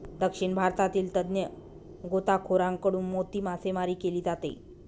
दक्षिण भारतातील तज्ञ गोताखोरांकडून मोती मासेमारी केली जाते